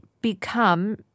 become